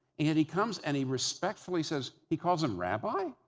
and yet he comes and he respectfully says. he calls him rabbi?